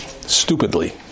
Stupidly